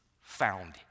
found